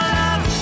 love